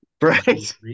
Right